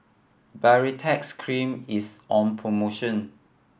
Baritex Cream is on promotion